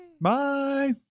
Bye